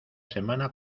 semana